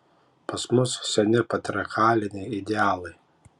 pas mus seni patriarchaliniai idealai